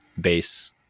base